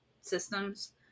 systems